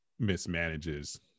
mismanages